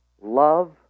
love